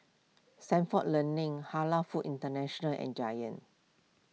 Stalford Learning Halal Foods International and Giant